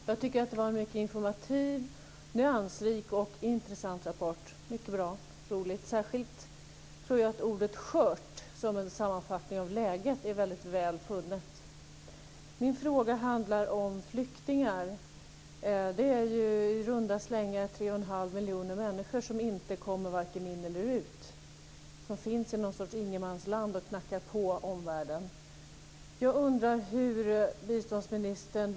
Fru talman! Det var en mycket informativ, nyansrik och intressant rapport, så det var mycket bra och roligt. Särskilt tror jag att ordet skört som en sammanfattning av läget är väldigt väl funnet. Min fråga handlar om flyktingar. I runda slängar är det 3 1⁄2 miljoner människor som inte kommer vare sig in eller ut, som finns i en sorts ingenmansland och knackar på hos omvärlden.